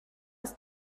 ist